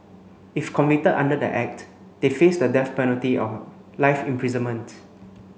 if convicted under the act they face the death penalty or life imprisonment